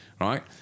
right